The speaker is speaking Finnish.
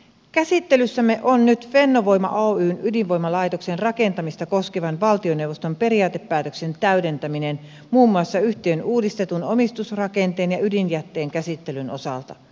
käsittelyssämme on nyt fennovoima oyn ydinvoimalaitoksen rakentamista koskevan valtioneuvoston periaatepäätöksen täydentäminen muun muassa yhtiön uudistetun omistusrakenteen ja ydinjätteen käsittelyn osalta